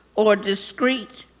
or discreet.